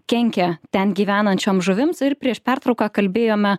kenkia ten gyvenančiom žuvims ir prieš pertrauką kalbėjome